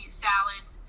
salads